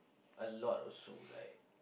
a lot also like